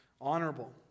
honorable